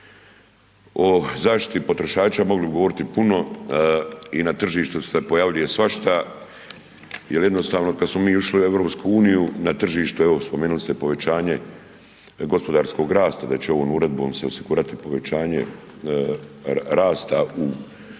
O zaštiti potrošača mogli bi govoriti puno i na tržištu se pojavljuje svašta jer jednostavno kad smo mi ušli u EU na tržištu, evo spomenuli ste povećanje gospodarskog rasta, da će ovom uredbom se osigurati povećanje rasta u,